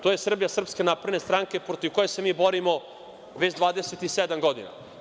To je Srbija Srpske napredne stranke protiv koje se mi borimo već 27 godina.